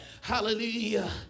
Hallelujah